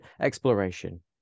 Exploration